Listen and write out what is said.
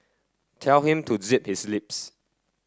tell him to zip his lips